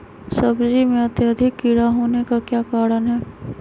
सब्जी में अत्यधिक कीड़ा होने का क्या कारण हैं?